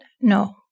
No